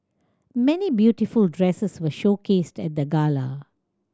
many beautiful dresses were showcased at the gala